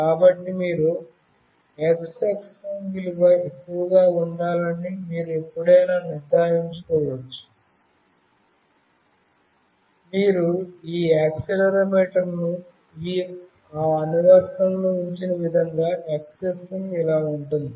కాబట్టి మీరు x అక్షం విలువ ఎక్కువగా ఉండాలని మీరు ఎప్పుడైనా నిర్ధారించుకోవచ్చు మీరు ఈ యాక్సిలెరోమీటర్ను ఆ అనువర్తనంలో ఉంచిన విధంగా x అక్షం ఇలా ఉంటుంది